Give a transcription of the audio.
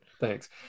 thanks